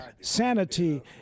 sanity